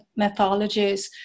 methodologies